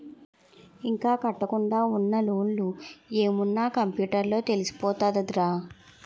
ఇంకా కట్టకుండా ఉన్న లోన్లు ఏమున్న కంప్యూటర్ లో తెలిసిపోతదిరా